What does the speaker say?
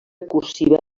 cursiva